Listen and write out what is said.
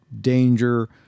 danger